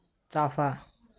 चाफा